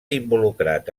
involucrat